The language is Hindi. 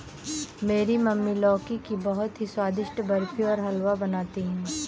मेरी मम्मी लौकी की बहुत ही स्वादिष्ट बर्फी और हलवा बनाती है